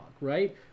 right